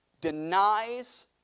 denies